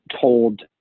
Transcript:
told